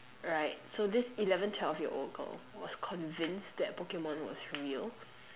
alright so this eleven twelve year old girl was convinced that Pokemon was real